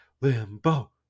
limbo